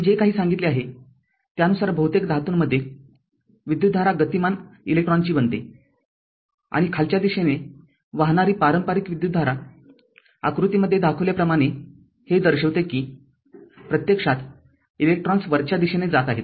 मी जे काही सांगितले आहे त्यानुसार बहुतेक धातूंमध्ये विद्युतधारा गतिमान इलेकट्रॉनची बनते आणि खालच्या दिशेने वाहणारी पारंपारिक विद्युतधारा आकृतीमध्ये दाखविल्याप्रमाणे हे दर्शविते कि प्रत्यक्षात इलेकट्रॉन्स वरच्या दिशेने जात आहेत